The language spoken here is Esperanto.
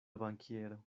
bankiero